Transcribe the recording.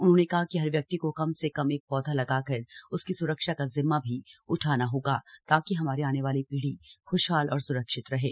उन्होंने कहा कि हर व्यक्ति को कम से कम एक एक पौधा लगाकर उसकी सुरक्षा का जिम्मा भी उठाना होगा ताकि हमारी आने वाली पीढ़ी ख्शहाल और स्रक्षित रहें